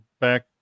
back